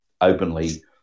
openly